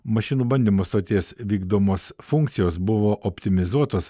mašinų bandymo stoties vykdomos funkcijos buvo optimizuotos